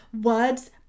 words